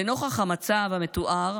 לנוכח המצב המתואר,